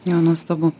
jo nuostabu